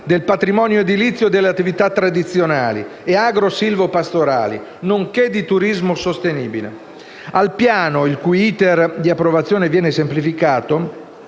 del patrimonio edilizio tradizionale e agro-silvo-pastorali nonché di turismo sostenibile. Al piano, il cui iter di approvazione viene semplificato,